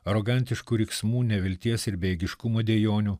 arogantiškų riksmų nevilties ir bejėgiškumo dejonių